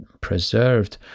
preserved